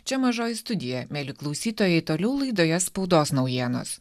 čia mažoji studija mieli klausytojai toliau laidoje spaudos naujienos